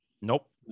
Nope